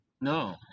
No